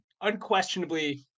Unquestionably